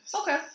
Okay